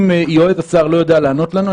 אם יועץ השר לא יודע לענות לנו,